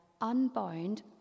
unbound